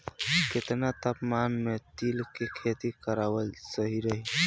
केतना तापमान मे तिल के खेती कराल सही रही?